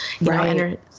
Right